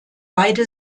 beide